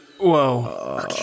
Whoa